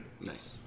nice